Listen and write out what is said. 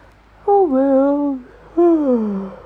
oh well hmm